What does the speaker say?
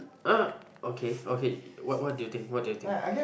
uh okay okay what what do you think what do you think